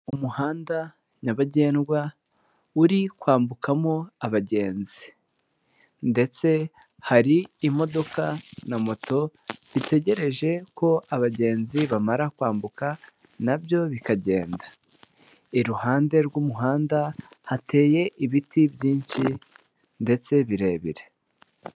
Umuhanda nyabagendwa uri kwambukamo abagenzi. Ndetse hari imodoka na moto bitegereje ko abagenzi bamara kwambuka nabyo bikagenda. Iruhande rw'umuhanda hateye ibiti byinshi ndetse birebire.